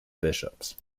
bishops